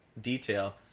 detail